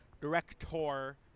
director